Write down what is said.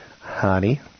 Honey